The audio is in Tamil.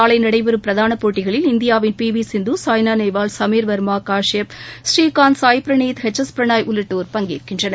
நாளை நடைபெறும் பிரதான போட்டிகளில் இந்தியாவின் P V Sindhu Saina Nehwal Sameer Verma Kashyap Srikanth Sai Praneeth H S Prannoy உள்ளிட்டோர் பங்கேற்கின்றனர்